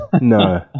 no